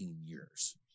years